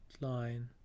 line